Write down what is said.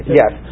yes